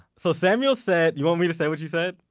so samuel said, you want me to say what you said?